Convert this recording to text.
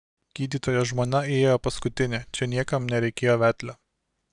gydytojo žmona įėjo paskutinė čia niekam nereikėjo vedlio